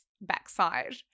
backside